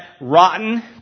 rotten